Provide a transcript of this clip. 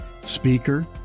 speaker